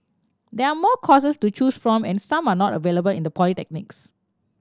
there are more courses to choose from and some are not available in the polytechnics